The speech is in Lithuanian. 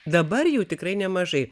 dabar jau tikrai nemažai